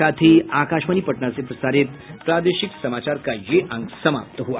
इसके साथ ही आकाशवाणी पटना से प्रसारित प्रादेशिक समाचार का ये अंक समाप्त हुआ